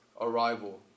arrival